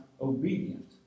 obedient